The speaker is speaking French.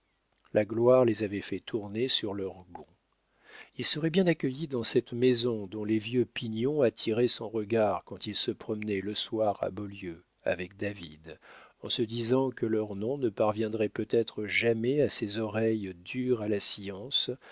la gloire les avait fait tourner sur leurs gonds il serait bien accueilli dans cette maison dont les vieux pignons attiraient son regard quand il se promenait le soir à beaulieu avec david en se disant que leurs noms ne parviendraient peut-être jamais à ces oreilles dures à la science